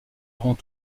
avant